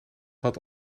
had